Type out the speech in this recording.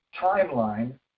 timeline